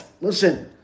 Listen